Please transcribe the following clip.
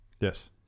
Yes